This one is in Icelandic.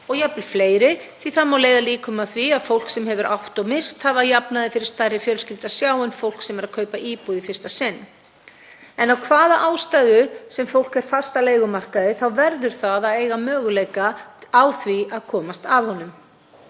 og jafnvel fleiri því að leiða má líkur að því að fólk sem hefur átt og misst eign hafi að jafnaði fyrir stærri fjölskyldu að sjá en fólk sem er að kaupa íbúð í fyrsta sinn. En af hvaða ástæðu sem fólk er fast á leigumarkaði þá verður það að eiga möguleika á því að komast af honum.